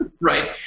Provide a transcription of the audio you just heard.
right